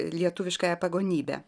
lietuviškąją pagonybę